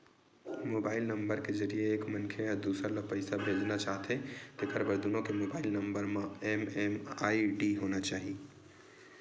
mobile number के जरिए एक मनखे ह दूसर ल पइसा भेजना चाहथे तेखर बर दुनो के मोबईल नंबर म एम.एम.आई.डी होना चाही